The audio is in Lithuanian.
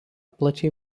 plačiai